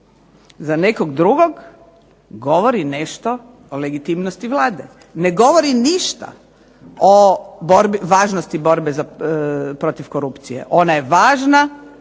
za nekog drugog govori i nešto o legitimnosti Vlade. Ne govori ništa o važnosti borbe protiv korupcije. Ona je važna